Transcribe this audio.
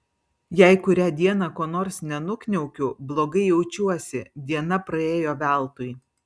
jei kurią dieną ko nors nenukniaukiu blogai jaučiuosi diena praėjo veltui